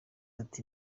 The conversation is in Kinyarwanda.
ati